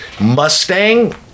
Mustang